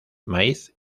maíz